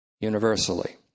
universally